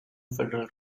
federal